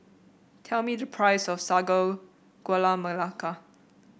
tell me the price of Sago Gula Melaka